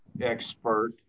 expert